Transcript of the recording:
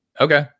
okay